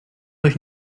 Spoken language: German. euch